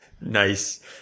Nice